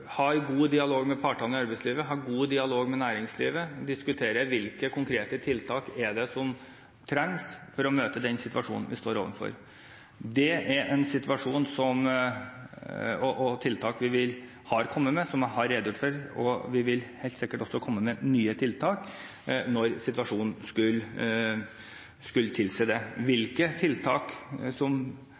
god dialog med partene i arbeidslivet, har god dialog med næringslivet, og diskuterer hvilke konkrete tiltak som trengs for å møte den situasjonen vi står overfor. Det er en situasjon, og tiltak vi har kommet med, som jeg har redegjort for, og vi vil helt sikkert også komme med nye tiltak når situasjonen skulle tilsi det. Hvilke tiltak